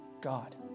God